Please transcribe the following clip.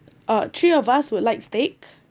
uh three of us would like steak